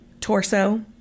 torso